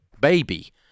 baby